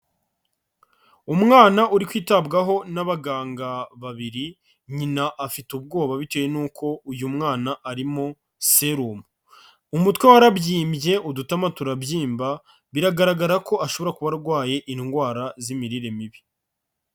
Umwana uri kwitabwaho n'abaganga babiri, nyina afite ubwoba bitewe n'uko uyu mwana arimo serumu, umutwe warabyimbye, udutama turabyimba, biragaragara ko ashobora kuba arwaye indwara z'imirire mibi.